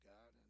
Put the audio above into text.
God